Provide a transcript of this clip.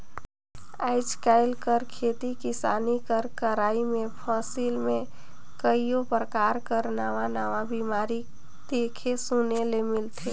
आएज काएल कर खेती किसानी कर करई में फसिल में कइयो परकार कर नावा नावा बेमारी देखे सुने ले मिलथे